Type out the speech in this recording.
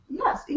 Yes